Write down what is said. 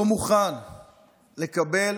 לא מוכן לקבל,